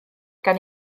gan